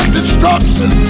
destruction